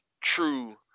true